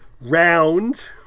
round